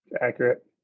accurate